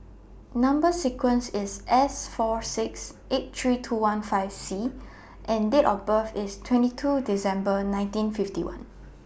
Number sequence IS S four six eight three two one five C and Date of birth IS twenty two December nineteen fifty one